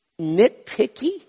nitpicky